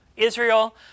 Israel